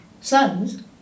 sons